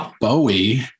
Bowie